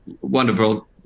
wonderful